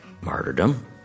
martyrdom